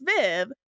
Viv